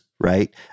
right